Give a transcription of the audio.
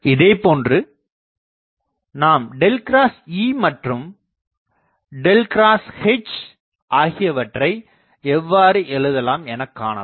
இதே போன்று நாம்ᐁEமற்றும் ᐁH ஆகியவற்றை எவ்வாறு எழுதலாம் எனக் காணலாம்